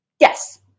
Yes